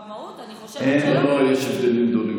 במהות אני חושבת שאין הבדלים גדולים.